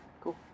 Cool